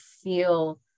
feel